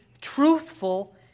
truthful